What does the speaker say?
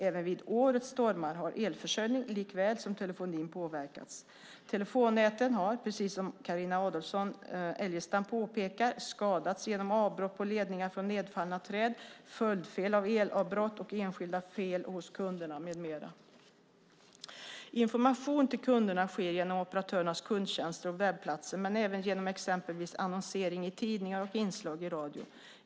Även vid årets stormar har elförsörjning likaväl som telefonin påverkats. Telefonnäten har, precis som Carina Adolfsson Elgestam påpekar, skadats genom avbrott på ledningar från nedfallna träd, följdfel av elavbrott och enskilda fel hos kunderna med mera. Information till kunderna sker genom operatörernas kundtjänster och webbplatser men även genom exempelvis annonsering i tidningar och inslag i radio.